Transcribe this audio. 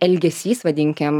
elgesys vadinkim